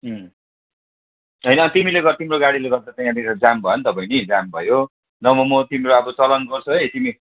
उम् होइन तिमीले गर्दा तिम्रो गाडीले गर्दा त यहाँनिर जाम भयो नि त बहिनी जाम भयो नभए म तिम्रो चलान गर्छु है तिमी